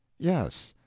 yes.